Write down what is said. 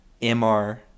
MR